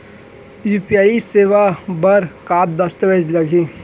UPI सेवा बर का का दस्तावेज लागही?